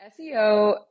SEO